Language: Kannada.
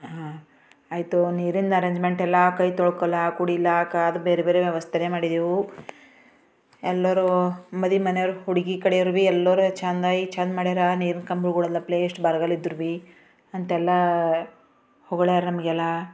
ಹಾಂ ಆಯ್ತು ನೀರಿಂದು ಅರೇಂಜ್ಮೆಂಟ್ ಎಲ್ಲ ಕೈ ತೊಳ್ಕಲಾಕ್ ಕುಡಿಲಾಕ್ ಅದು ಬೇರೆ ಬೇರೆ ವ್ಯವಸ್ಥೆನೆ ಮಾಡಿದ್ದೆವು ಎಲ್ಲರೂ ಮದಿ ಮನೆಯೋರು ಹುಡುಗಿ ಕಡೆಯೋರು ಬೀ ಎಲ್ಲರೂ ಚೆಂದ ಚೆಂದ ಮಾಡ್ಯಾರ ನೀರಿನ ಕಂಬಗಳೆಲ್ಲಪ್ಲೆ ಇಷ್ಟು ಬರಗಾಲ ಇದ್ರೂ ಬಿ ಅಂತೆಲ್ಲ ಹೊಗಳ್ಯಾರೆ ನಮಗೆಲ್ಲ